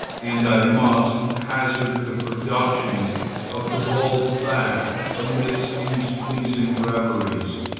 and i must hazard the production of the bald fact amidst these pleasing reveries,